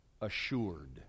assured